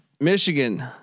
Michigan